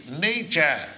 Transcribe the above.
nature